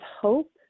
hope